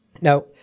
now